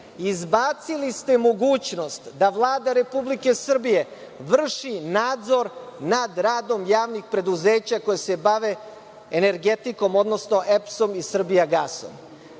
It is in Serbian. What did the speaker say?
izbacili mogućnost da Vlada Republike Srbije vrši nadzor nad radom javnih preduzeća koja se bave energetikom, odnosno EPS-om i „Srbijagasom“.